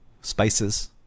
spices